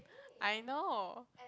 I know